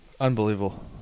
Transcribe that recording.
Unbelievable